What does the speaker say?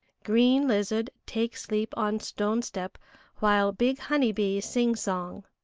green lizard take sleep on stone step while big honey-bee sing song.